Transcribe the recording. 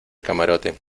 camarote